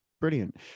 Brilliant